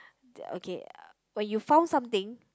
the okay when you found something